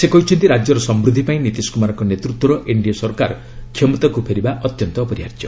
ସେ କହିଛନ୍ତି ରାଜ୍ୟର ସମୃଦ୍ଧି ପାଇଁ ନୀତିଶ କୁମାରଙ୍କ ନେତୃତ୍ୱର ଏନ୍ଡିଏ ସରକାର କ୍ଷମତାକୁ ଫେରିବା ଅତ୍ୟନ୍ତ ଅପରିହାର୍ଯ୍ୟ